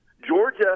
Georgia